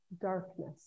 darkness